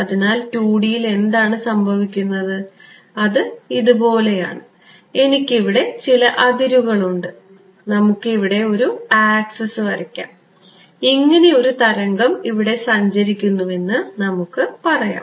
അതിനാൽ 2D യിൽ എന്താണ് സംഭവിക്കുന്നത് അത് ഇതുപോലെയാണ് എനിക്ക് ഇവിടെ ചില അതിരുകളുണ്ട് നമുക്ക് ഇവിടെ ഒരു ആക്സിസ് വരയ്ക്കാം ഇങ്ങനെ ഒരു തരംഗം ഇവിടെ സഞ്ചരിക്കുന്നുവെന്ന് നമുക്ക് പറയാം